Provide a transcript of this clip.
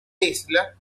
isla